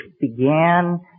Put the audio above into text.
began